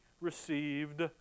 received